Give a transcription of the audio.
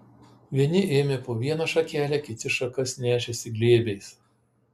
vieni ėmė po vieną šakelę kiti šakas nešėsi glėbiais